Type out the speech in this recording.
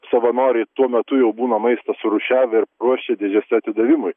savanoriai tuo metu jau būna maistą surūšiavę ir paruošę dėžėse atidavimui